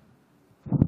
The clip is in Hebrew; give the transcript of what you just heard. מנסור,